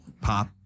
pop